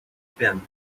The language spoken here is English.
been